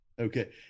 Okay